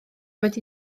wedi